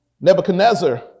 Nebuchadnezzar